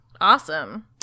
Awesome